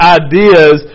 ideas